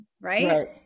Right